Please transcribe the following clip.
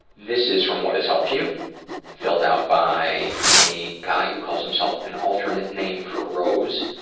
this is from what has helped you filled out by a guy who calls himself an alternate name for rose.